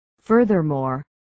Furthermore